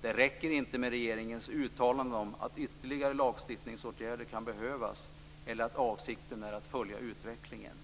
Det räcker inte med regeringens uttalanden om att ytterligare lagstiftningsåtgärder kan behövas eller att avsikten är att följa utvecklingen.